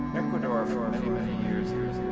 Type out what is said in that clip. ecuador, for ah many many years